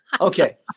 okay